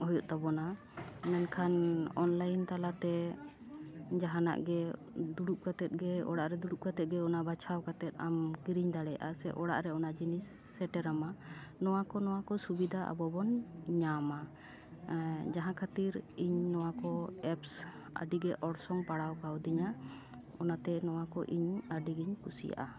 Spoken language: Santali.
ᱦᱩᱭᱩᱜ ᱛᱟᱵᱚᱱᱟ ᱠᱷᱟᱱ ᱚᱱᱞᱟᱭᱤᱱ ᱛᱟᱞᱟᱛᱮ ᱡᱟᱦᱟᱱᱟᱜ ᱜᱮ ᱫᱩᱲᱩᱵ ᱠᱟᱛᱮᱜᱮ ᱚᱲᱟᱜ ᱨᱮ ᱫᱩᱲᱩᱵ ᱠᱟᱛᱮᱜᱮ ᱚᱱᱟ ᱵᱟᱪᱷᱟᱣ ᱠᱟᱛᱮ ᱟᱢ ᱠᱤᱨᱤᱧ ᱫᱟᱲᱮᱭᱟᱜᱼᱟ ᱥᱮ ᱚᱲᱟᱜ ᱨᱮ ᱚᱱᱟ ᱡᱤᱱᱤᱥ ᱥᱮᱴᱮᱨ ᱟᱢᱟ ᱱᱚᱣᱟᱠᱚ ᱱᱚᱣᱟᱠᱚ ᱥᱩᱵᱤᱫᱷᱟ ᱟᱵᱚᱵᱚᱱ ᱧᱟᱢᱟ ᱡᱟᱦᱟᱸ ᱠᱷᱟᱹᱛᱤᱨ ᱤᱧ ᱱᱚᱣᱟᱠᱚ ᱮᱯᱥ ᱟᱹᱰᱤᱜᱮ ᱚᱨᱥᱚᱝ ᱯᱟᱲᱟᱣᱠᱟᱣᱫᱤᱧᱟᱹ ᱚᱱᱟᱛᱮ ᱱᱚᱣᱟᱠᱚ ᱤᱧ ᱟᱹᱰᱤᱜᱮᱧ ᱠᱩᱥᱤᱣᱟᱜᱼᱟ